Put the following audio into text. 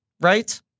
right